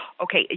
Okay